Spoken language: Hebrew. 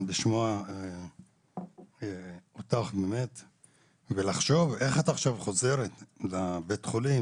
לשמוע אותך ולחשוב איך אתה עכשיו חוזרת לבית-חולים,